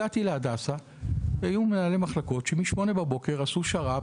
הגעתי להדסה והיו מנהלי מחלקות שמשעה 08:00 בבוקר עשו שר"פ